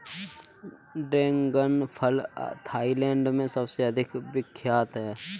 dragon फल Thailand में सबसे अधिक विख्यात है